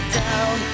down